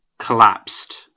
collapsed